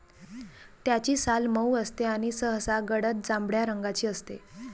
त्याची साल मऊ असते आणि सहसा गडद जांभळ्या रंगाची असते